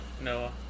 Noah